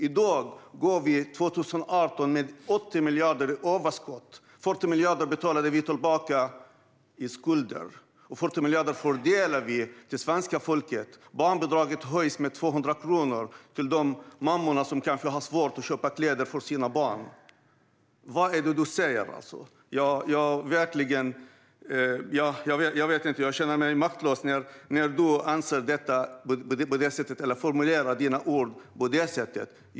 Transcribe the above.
I dag, 2018, går vi med 80 miljarder i överskott. Vi har betalat tillbaka 40 miljarder i skulder, och vi fördelar 40 miljarder till svenska folket. Barnbidraget höjs med 200 kronor till mammorna som kanske har svårt att köpa kläder till sina barn. Vad är det du säger, Fredrik Schulte? Jag känner mig maktlös när du formulerar dig på det sättet.